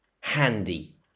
handy